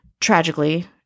Tragically